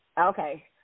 Okay